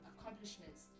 accomplishments